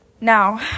Now